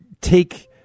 take